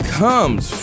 comes